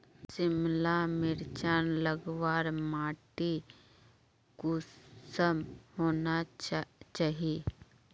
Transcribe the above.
सिमला मिर्चान लगवार माटी कुंसम होना चही?